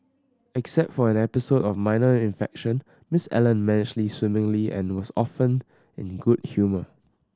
except for an episode of minor infection Miss Allen managed swimmingly and was often in good humour